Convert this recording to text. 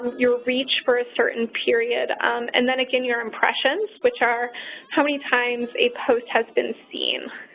your reach for a certain period and then again your impressions, which are how many times a post has been seen.